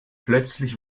plötzlich